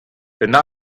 unan